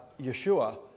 Yeshua